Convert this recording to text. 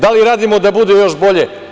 Da li radimo da bude još bolje?